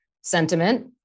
sentiment